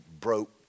broke